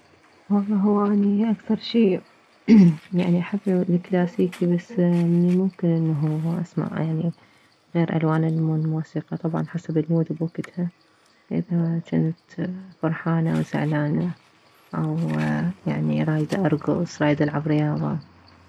والله هو اني اكثر شي يعني احب الكلاسيكي بس من الممكن انه اسمع يعني غير الوان من الموسيقى طبعا حسب المود بوكتها اذا جنت فرحانة او زعلانة او يعني رايدة اركص رايدة العب رياضة